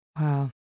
Wow